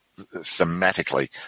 thematically